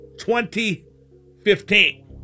2015